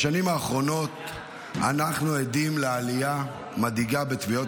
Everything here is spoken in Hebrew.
בשנים האחרונות אנחנו עדים לעלייה מדאיגה בתביעות